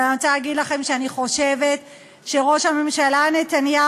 אבל אני רוצה להגיד לכם שאני חושבת שראש הממשלה נתניהו